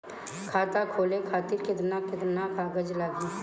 खाता खोले खातिर केतना केतना कागज लागी?